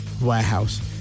warehouse